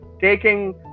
taking